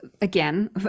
Again